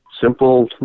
simple